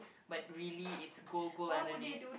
but really is gold gold underneath